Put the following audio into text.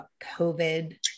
COVID